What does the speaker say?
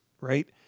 right